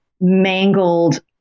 mangled